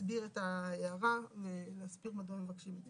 להסביר את ההערה ולהסביר מדוע הם מבקשים את זה.